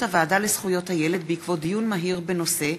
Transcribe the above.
הוועדה לזכויות הילד בעקבות דיון מהיר בהצעה